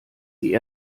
die